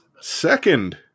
second